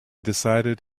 decided